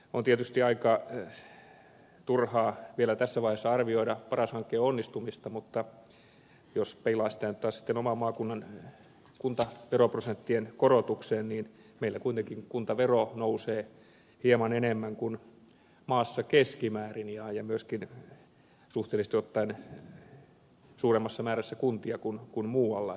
on tietysti aika turhaa vielä tässä vaiheessa arvioida paras hankkeen onnistumista mutta jos peilaa sitä nyt taas sitten oman maakunnan kuntaveroprosenttien korotukseen niin meillä kuitenkin kuntavero nousee hieman enemmän kuin maassa keskimäärin ja myöskin suhteellisesti ottaen suuremmassa määrässä kuntia kuin muualla